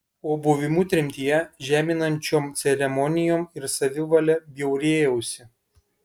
o buvimu tremtyje žeminančiom ceremonijom ir savivale bjaurėjausi